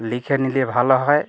লিখে নিলে ভালো হয়